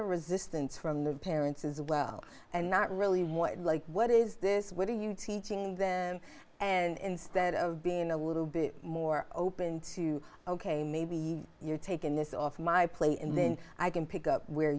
of resistance from the parents as well and not really what like what is this what are you teaching them and instead of being a little bit more open to ok maybe you're taking this off my plate and then i can pick up where